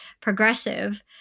progressive